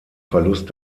verlust